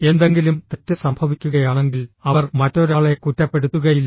എന്തെങ്കിലും തെറ്റ് സംഭവിക്കുകയാണെങ്കിൽ അവർ മറ്റൊരാളെ കുറ്റപ്പെടുത്തുകയില്ല